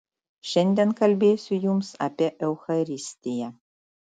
šiandien kalbėsiu jums apie eucharistiją